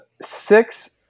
six